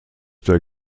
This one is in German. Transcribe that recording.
der